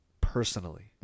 personally